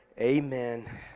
Amen